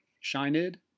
shined